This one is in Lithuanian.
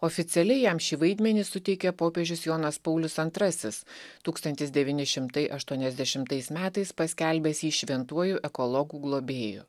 oficialiai jam šį vaidmenį suteikė popiežius jonas paulius antrasis tūkstantis devyni šimtai aštuoniasdešimtais metais paskelbęs jį šventuoju ekologų globėju